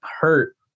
hurt